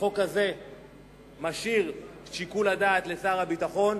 החוק הזה משאיר שיקול דעת לשר הביטחון,